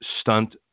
stunt